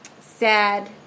sad